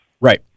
Right